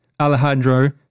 Alejandro